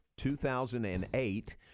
2008